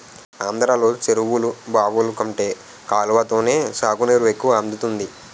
ఆంధ్రలో చెరువులు, బావులు కంటే కాలవతోనే సాగునీరు ఎక్కువ అందుతుంది